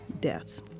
deaths